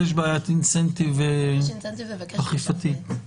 יש בעיית להגביר את פן האכיפתי.